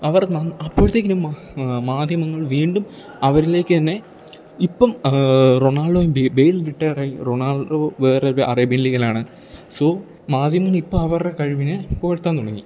അവർ അപ്പോഴത്തേക്കിനും മാധ്യമങ്ങൾ വീണ്ടും അവരിലേക്ക് തന്നെ ഇപ്പം റൊണാൾഡോയും ബേയ്ൽ റിട്ടേഡായി റൊണാൾഡോ വേറൊരു അറേബ്യന് ലീഗലാണ് സോ മാധ്യമങ്ങൾ ഇപ്പം അവര്ടെ കഴിവിനെ പുകഴ്ത്താൻ തുടങ്ങി